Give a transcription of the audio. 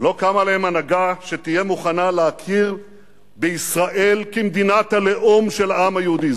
לא קמה להם הנהגה שתהיה מוכנה להכיר בישראל כמדינת הלאום של העם היהודי.